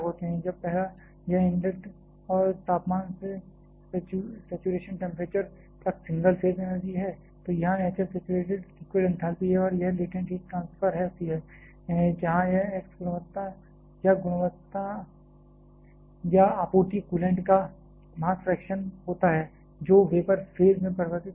जब पहला यह इनलेट तापमान से सैचुरेशन टेंपरेचर तक सिंगल फेज एनर्जी है तो यहां hf सैचुरेटेड लिक्विड एंथैल्पी है और यह लेटेंट हीट ट्रांसफर होती है जहां यह x गुणवत्ता या आपूर्ति कूलेंट का मास फ्रेक्शन होता है जो वेपर फेज में परिवर्तित हो गया है